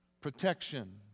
protection